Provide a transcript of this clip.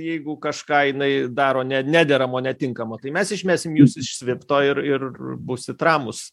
jeigu kažką jinai daro ne nederamo netinkamo tai mes išmesim jus iš svifto ir ir būsit ramūs